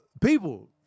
People